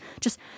Just-